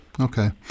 Okay